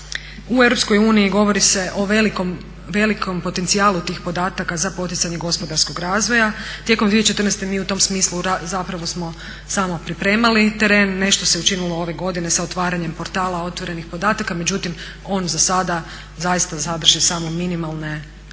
uniji govori se o velikom potencijalu tih podataka za poticanje gospodarskog razvoja. Tijekom 2014. mi u tom smislu zapravo smo samo pripremali teren. Nešto se učinilo ove godine sa otvaranjem portala otvorenih podataka, međutim on za sada zaista sadrži samo minimalne, najosnovnije